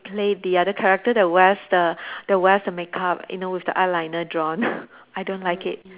play the other character that wears the that wears the makeup you know with the eyeliner drawn I don't like it